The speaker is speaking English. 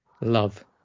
love